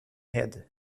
head